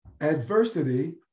adversity